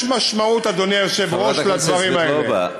חברת הכנסת סבטלובה,